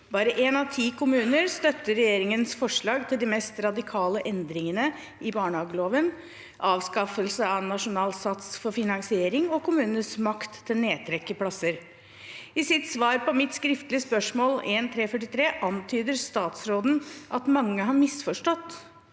Bare én av ti kommuner støtter regjeringens forslag til de mest radikale endringene i barnehageloven; avskaffelse av nasjonal sats for finansiering og kommunenes makt til nedtrekk i plasser. I sitt svar på mitt skriftlige spørsmål nr. 1 343 antyder statsråden at mange har misforstått.